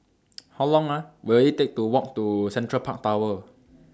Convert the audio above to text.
How Long Will IT Take to Walk to Central Park Tower